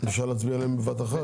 אפשר להצביע עליהן בבת אחת?